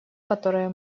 которые